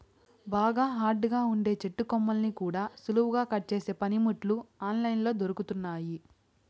బాగా హార్డ్ గా ఉండే చెట్టు కొమ్మల్ని కూడా సులువుగా కట్ చేసే పనిముట్లు ఆన్ లైన్ లో దొరుకుతున్నయ్యి